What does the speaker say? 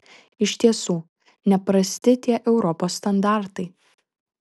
iš tiesų neprasti tie europos standartai